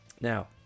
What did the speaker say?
now